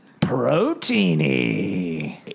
Proteiny